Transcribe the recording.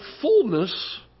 fullness